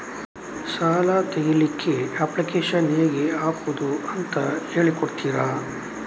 ಸಾಲ ತೆಗಿಲಿಕ್ಕೆ ಅಪ್ಲಿಕೇಶನ್ ಹೇಗೆ ಹಾಕುದು ಅಂತ ಹೇಳಿಕೊಡ್ತೀರಾ?